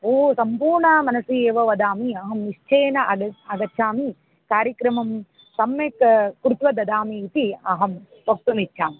पू सम्पूर्णमनसि एव वदामि अहं निश्चयेन अग आगच्छामि कार्यक्रमं सम्यक् कृत्वा ददामि इति अहं वक्तुमिच्छामि